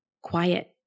quiet